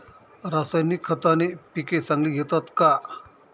रासायनिक खताने पिके चांगली येतात का?